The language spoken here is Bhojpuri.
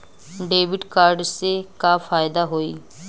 डेबिट कार्ड से का फायदा होई?